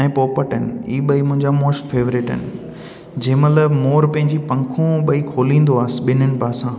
ऐं पोपट आहिनि इहे ॿई मुंहिंजा मोस्ट फेवरेट आहिनि जंहिं महिल मोर पंहिंजी पंखूं ॿई खोलींदो आहे बिन्हनि पासां